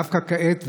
דווקא כעת,